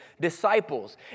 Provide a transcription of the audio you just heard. disciples